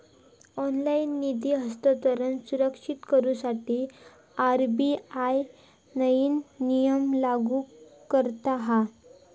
online निधी हस्तांतरण सुरक्षित करुसाठी आर.बी.आय नईन नियम लागू करता हा